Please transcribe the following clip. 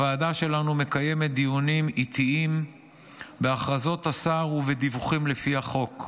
הוועדה שלנו מקיימת דיונים עיתיים בהכרזות השר ובדיווחים לפי החוק.